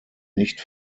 nicht